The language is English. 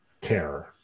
terror